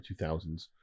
2000s